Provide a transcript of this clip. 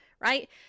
Right